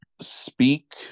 speak